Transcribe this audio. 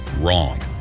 Wrong